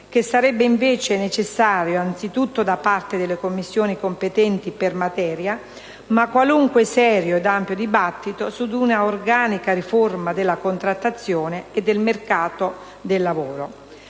che sarebbe invece necessario anzitutto da parte delle Commissioni competenti per materia, ma qualunque serio ed ampio dibattito su di una organica riforma della contrattazione e del mercato del lavoro.